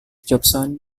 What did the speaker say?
jobson